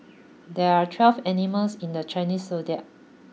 there are twelve animals in the Chinese Zodiac